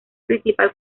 principal